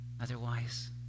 Otherwise